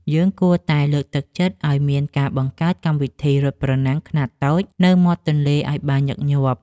យើងគួរតែលើកទឹកចិត្តឱ្យមានការបង្កើតកម្មវិធីរត់ប្រណាំងខ្នាតតូចនៅមាត់ទន្លេឱ្យបានញឹកញាប់។